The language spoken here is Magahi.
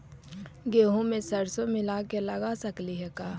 गेहूं मे सरसों मिला के लगा सकली हे का?